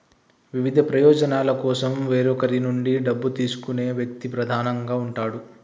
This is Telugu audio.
వివిధ ప్రయోజనాల కోసం వేరొకరి నుండి డబ్బు తీసుకునే వ్యక్తి ప్రధానంగా ఉంటాడు